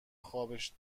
خابش